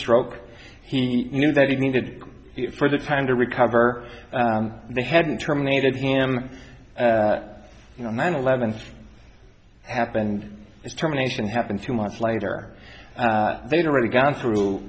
stroke he knew that he needed for the time to recover and they hadn't terminated him you know nine eleven happened as terminations happened two months later they'd already gone through